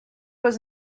was